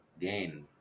gain